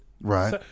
Right